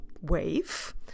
wave